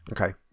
okay